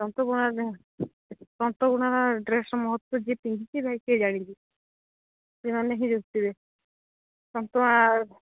ତନ୍ତବୁଣା ତନ୍ତବୁଣା ଡ୍ରେସ୍ର ମହତ୍ଵ ଯିଏ ପିନ୍ଧିଛି ଭାଇ ସିଏ ଜାଣିଛି ସେମାନେ ହିଁ ତନ୍ତବୁଣା